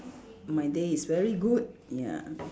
my day is very good ya